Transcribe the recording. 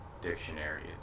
dictionary